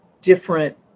different